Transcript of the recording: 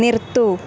നിർത്തുക